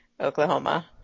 oklahoma